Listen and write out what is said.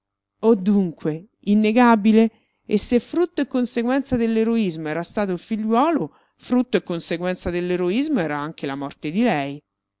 oh dunque innegabile e se frutto e conseguenza dell'eroismo era stato il figliuolo frutto e conseguenza dell'eroismo era anche la morte di lei